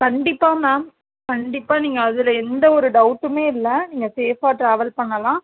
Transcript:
கண்டிப்பாக மேம் கண்டிப்பாக நீங்கள் அதில் எந்த ஒரு டவுட்டுமே இல்லை நீங்கள் சேஃபாக ட்ராவல் பண்ணலாம்